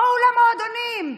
בואו למועדונים.